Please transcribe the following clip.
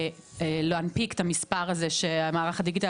להנפיק את המספר הזה שמערך הדיגיטל